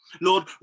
lord